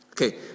Okay